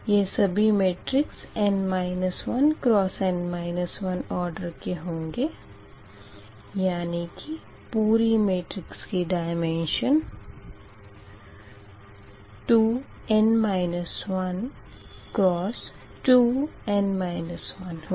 यह सभी matrix n 1 order के होंगे यानी की पूरी मेट्रिक्स की डयमेंशन 2n 12 होगी